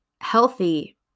healthy